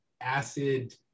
acid